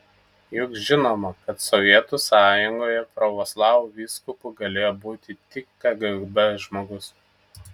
juk žinoma kad sovietų sąjungoje pravoslavų vyskupu galėjo būti tik kgb žmogus